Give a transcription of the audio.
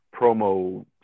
promo